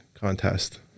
contest